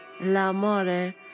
L'amore